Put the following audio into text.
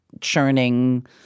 churning